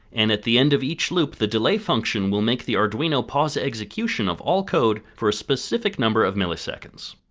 and at the end of each loop the delay function will make the arduino pause execution of all code for a specific number of milliseconds.